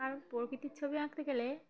আর প্রকৃতির ছবি আঁকতে গেলে